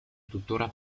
tuttora